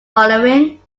following